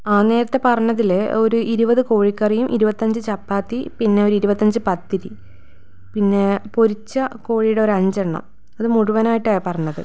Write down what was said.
ആ നേരത്തെ പറഞ്ഞതില്ലേ ഒരു ഇരുപത് കോഴിക്കറിയും ഇരുപത്തഞ്ച് ചപ്പാത്തി പിന്നെ ഒരു ഇരുപത്തഞ്ച് പത്തിരി പിന്നെ പൊരിച്ച കോഴിയുടെ ഒരു അഞ്ചെണ്ണം അത് മുഴുവനായിട്ടാണ് പറഞ്ഞത്